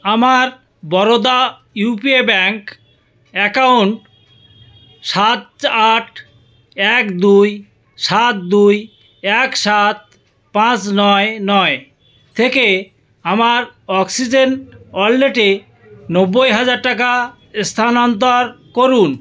আমার Baroda UPA bank account সাত আট এক দুই সাত দুই এক সাত পাঁচ নয় নয় থেকে আমার অক্সিজেন ওয়ালেটে নব্বই হাজার টাকা স্থানান্তর করুন